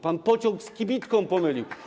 Pan pociąg z kibitką pomylił.